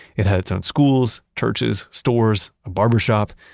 it had its own schools, churches, stores, a barbershop.